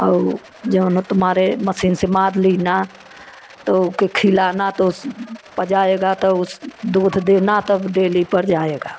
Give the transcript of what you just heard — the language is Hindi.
और जऊन है तुम्हारे मसीन से माद लीना तो ओके खिलाना तो उस पजाएगा तो उस दूध देना तब डेली पर जाएगा